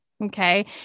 okay